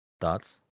Thoughts